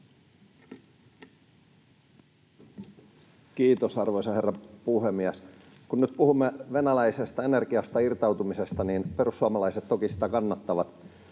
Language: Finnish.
Kiitos, arvoisa herra puhemies! Kun nyt puhumme venäläisestä energiasta irtautumisesta, niin perussuomalaiset toki sitä kannattavat.